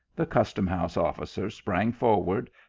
the custom-house officer sprang forward,